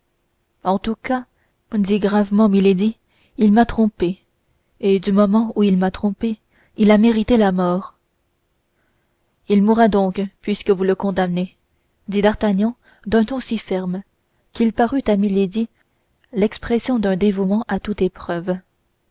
en tout cas dit gravement milady il m'a trompée et du moment où il m'a trompée il a mérité la mort il mourra donc puisque vous le condamnez dit d'artagnan d'un ton si ferme qu'il parut à milady l'expression d'un dévouement à toute épreuve